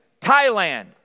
thailand